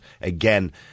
again